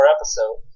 episode